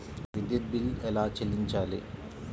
విద్యుత్ బిల్ ఎలా చెల్లించాలి?